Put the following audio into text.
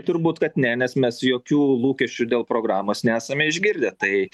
turbūt kad ne nes mes jokių lūkesčių dėl programos nesame išgirdę tai